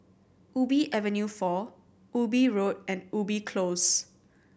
Ubi Avenue Four Ubi Road and Ubi Close